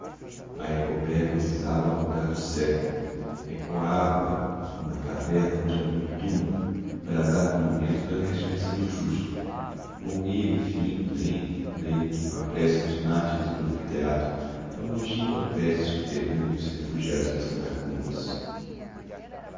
epopéia agonizava ao rodar do século ecoava numa caverna onde havia um túmulo bradava triunfo um momento pela ressurreição do justo morria enfim lento lento com a prece dos mártires do anfiteatro com a longínqua prece subterrânea dos refugiados das catacumbas